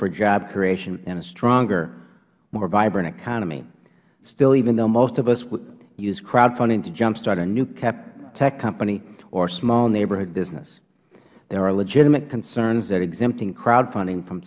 for job creation and a stronger more vibrant economy still even though most of us would use crowdfunding to jumpstart a new tech company or small neighborhood business there are legitimate concerns that exempting crowdfunding from